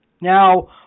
Now